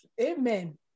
amen